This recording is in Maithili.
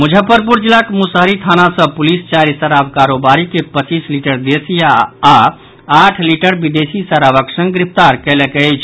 मुजफ्फरपुर जिलाक मुसहरी थाना सॅ पुलिस चारि शराब कारोबारी के पच्चीस लीटर देशी आ आठ लीटर विदेशीक शराबक संग गिरफ्तार कयलक अछि